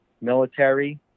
Military